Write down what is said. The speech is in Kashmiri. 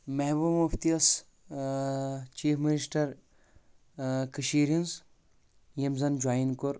محبوبا مفتی ٲس اۭ چیف مِنسٹر اۭ کٔشیٖر ہِنٛز ییٚمہِ زن جوین کوٚر